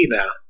now